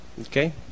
Okay